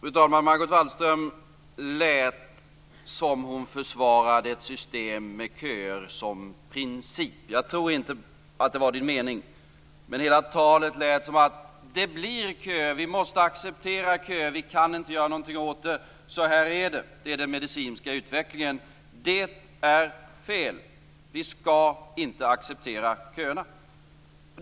Fru talman! Det lät som om Margot Wallström försvarade ett system med köer som princip. Jag tror inte att det var hennes mening, men det lät av talet som att hon sade: "Det blir köer, vi måste acceptera köer. Vi kan inte göra någonting åt det. Så här är det. Det är den medicinska utvecklingen." Det är fel. Vi skall inte acceptera köerna.